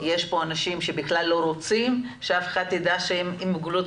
יש אנשים שבכלל אל רוצים שמישהו ידע שהם עם מוגבלות